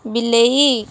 ବିଲେଇ